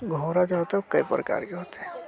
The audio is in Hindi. घोड़े जो होते हैं कई प्रकार के होते हैं